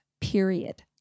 period